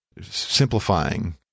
simplifying